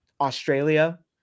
Australia